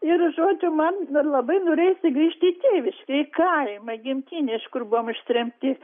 ir žodžiu man dar labai norėjosi grįžti į tėviškę į kaimą gimtinę iš kur buvom ištremti